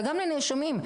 וגם לנאשמים.